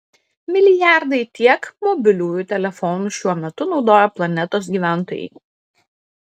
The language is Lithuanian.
milijardai tiek mobiliųjų telefonų šiuo metu naudoja planetos gyventojai